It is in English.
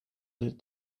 the